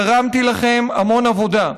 גרמתי לכם המון עבודה.